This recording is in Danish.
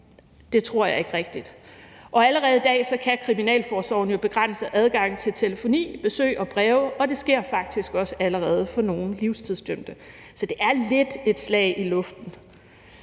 Det tror jeg ikke rigtig. Allerede i dag kan kriminalforsorgen jo begrænse adgang til telefoni, besøg og breve, og det sker faktisk også allerede for nogle livstidsdømte. Så det er lidt et slag i luften.